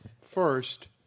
first